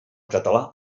català